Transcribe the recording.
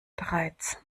bereits